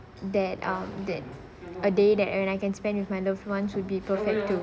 that um that a day that when I can spend with my love ones will be perfect too